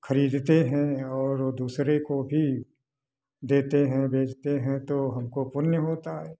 खरीदते हैं और वो दूसरे को भी देते हैं भेजते हैं तो हमको पुण्य होता है